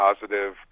positive